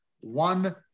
one